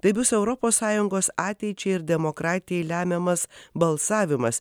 tai bus europos sąjungos ateičiai ir demokratijai lemiamas balsavimas